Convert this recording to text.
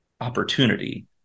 opportunity